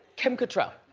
kim control.